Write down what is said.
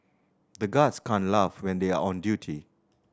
the guards can't laugh when they are on duty